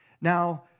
Now